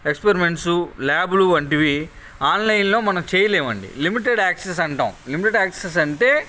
experiments ల్యాబ్లు వంటివి ఆన్లైన్లో మనం చెయ్యలేమండి లిమిటెడ్ యాక్సెస్ అంటాము లిమిటెడ్ యాక్సెస్ అంటే